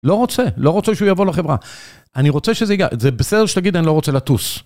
לא רוצה, לא רוצה שהוא יבוא לחברה. אני רוצה שזה ייגע, זה בסדר שתגיד, אני לא רוצה לטוס.